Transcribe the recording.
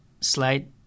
slide